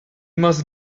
must